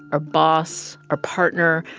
our boss, our partner,